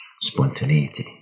Spontaneity